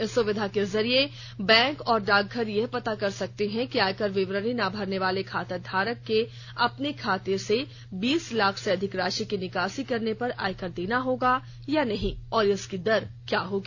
इस सुविधा के जरिए बैंक और डाकघर यह पता कर सकते हैं कि आयकर विवरणी न भरने वाले खाताधारक के अपने खाते से बीस लाख से अधिक राशि की निकासी करने पर आयकर देना होगा या नहीं और इसकी दर क्या होगी